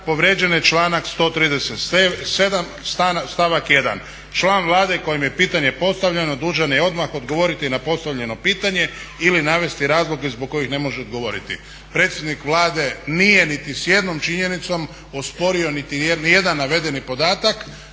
povrijeđen je članak 137. stavak 1. Član Vlade kojem je pitanje postavljeno dužan je odmah odgovoriti na postavljeno pitanje ili navesti razloge zbog kojih ne može odgovoriti. Predsjednik Vlade nije niti s jednom činjenicom osporio niti jedan navedeni podatak